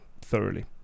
thoroughly